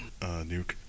Nuke